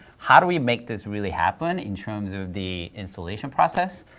how do we make this really happen in terms of the installation process?